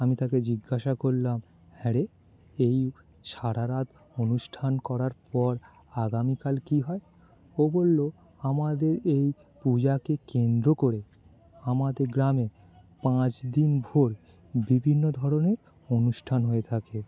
আমি তাকে জিজ্ঞাসা করলাম হ্যাঁ রে এই সারা রাত অনুষ্ঠান করার পর আগামীকাল কী হয় ও বলল আমাদের এই পূজাকে কেন্দ্র করে আমাদের গ্রামে পাঁচ দিন ভর বিভিন্ন ধরনের অনুষ্ঠান হয়ে থাকে